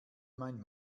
mein